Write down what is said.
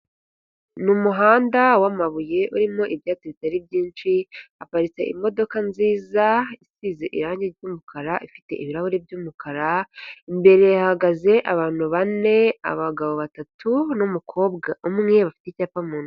Ni umuhanda wamabuye, urimo ibyatsi bitari byinshi, haparitse imodoka nziza, isize irangi ry'umukara, ifite ibirahuri by'umukara, imbere hahagaze abantu bane, abagabo batatu, n'umu umwe bafite icyapa mu ntoki.